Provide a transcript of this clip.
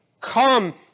come